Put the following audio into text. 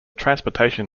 transportation